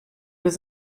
was